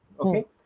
okay